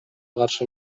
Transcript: каршы